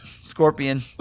scorpion